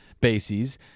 bases